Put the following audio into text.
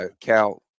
Cal